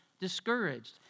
discouraged